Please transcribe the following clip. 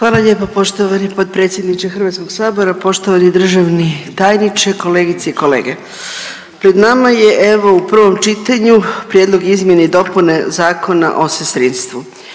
Hvala lijepo poštovani potpredsjedniče HS. Poštovani državni tajniče, kolegice i kolege. Pred nama je evo u prvom čitanju Prijedlog izmjene i dopune Zakona o sestrinstvu.